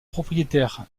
propriétaire